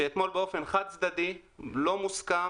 שאתמול באופן חד צדדי, לא מוסכם,